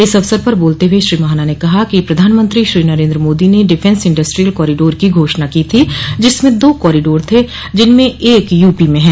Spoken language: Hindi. इस अवसर पर बोलते हुए श्री महाना ने कहा कि प्रधानमंत्री श्री नरेन्द्र मोदी ने डिफेंस इंडस्ट्रीयल कॉरिडोर की घोषणा की थी जिसमें दो कॉरिडोर थे जिनमें से एक यूपी में हैं